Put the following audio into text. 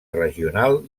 regional